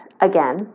again